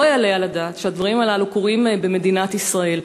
לא יעלה על הדעת שהדברים האלה קורים במדינת ישראל.